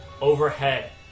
overhead